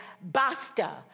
basta